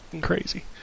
crazy